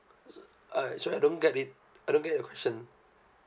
uh sorry I don't get it I don't get your question